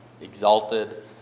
exalted